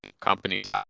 companies